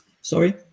sorry